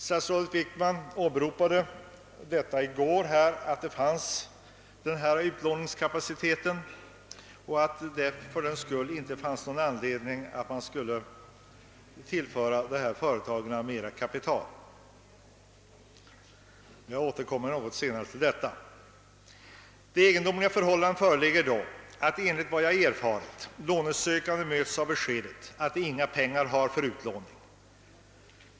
Statsrådet Wickman åberopade i går att denna utlåningskapacitet förelåg och att det fördenskull inte fanns någon anledning att tillföra dessa företag mera kapital. Jag återkommer något senare till detta. Det egendomliga förhållandet föreligger dock att enligt vad jag erfarit möts lånesökande av det beskedet att inga pengar finns för utlåning.